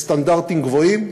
בסטנדרטים גבוהים,